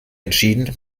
entschieden